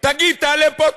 תעלה פה,